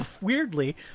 Weirdly